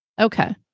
Okay